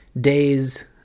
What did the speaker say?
days